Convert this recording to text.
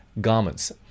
garments